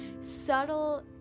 subtle